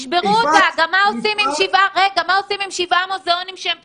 מה עושים עם שבעה מוזיאונים שהם פתוחים,